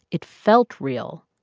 it felt real,